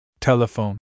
Telephone